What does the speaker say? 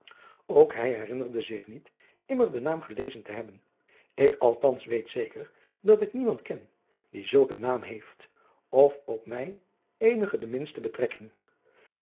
ook hij herinnerde zich niet immer den naam gelezen te hebben ik althans weet zeker dat ik niemand ken die zulk een naam heeft of op mij eenige de minste betrekking